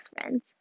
friends